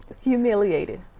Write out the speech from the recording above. humiliated